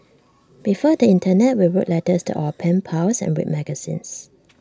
before the Internet we wrote letters to our pen pals and read magazines